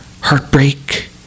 heartbreak